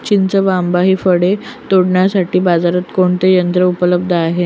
चिंच व आंबा हि फळे तोडण्यासाठी बाजारात कोणते यंत्र उपलब्ध आहे?